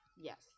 Yes